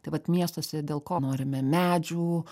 tai vat miestuose dėl ko norime medžių